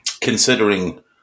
considering